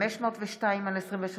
502/23,